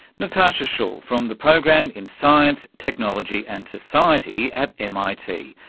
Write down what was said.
natasha schull from the program in science, technology and society at mit,